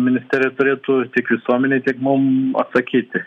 ministerija turėtų tiek visuomenei tiek mum atsakyti